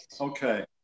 Okay